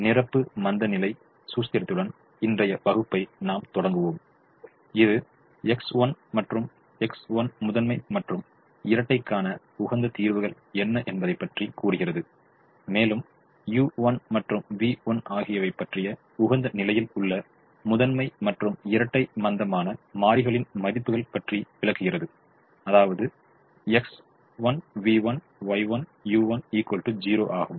நிரப்பு மந்தநிலை சூஸ்திரத்துடன் இன்றைய வகுப்பை நாம் தொடங்குவோம் இது X மற்றும் Y முதன்மை மற்றும் இரட்டைக்கான உகந்த தீர்வுகள் என்ன என்பதை பற்றி கூறுகிறது மேலும் U மற்றும் V ஆகியவை பற்றிய உகந்த நிலையில் உள்ள முதன்மை மற்றும் இரட்டை மந்தமான மாறிகளின் மதிப்புகள் பற்றி விளக்குகிறது அதாவது X V Y U 0 ஆகும்